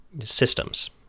systems